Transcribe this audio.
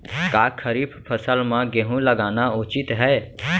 का खरीफ फसल म गेहूँ लगाना उचित है?